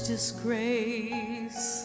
disgrace